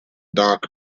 dock